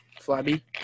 flabby